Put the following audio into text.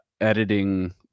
editing